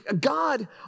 God